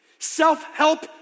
Self-help